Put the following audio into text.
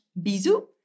Bisous